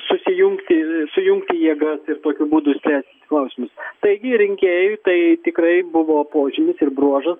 susijungti sujungti jėgas ir tokiu būdu spręsti klausimus taigi rinkėjui tai tikrai buvo požymis ir bruožas